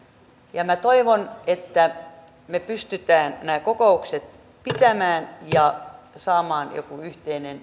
ja minä toivon että me pystymme nämä kokoukset pitämään ja saamaan jonkun yhteisen